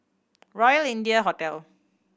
Royal India Hotel